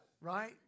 right